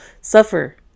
suffer